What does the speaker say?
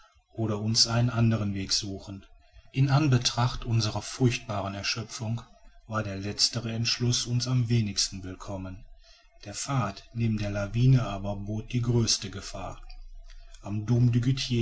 oder uns einen anderen weg suchen in anbetracht unserer furchtbaren erschöpfung war der letztere entschluß uns am wenigsten willkommen der pfad neben der lawine aber bot die größte gefahr am